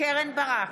קרן ברק,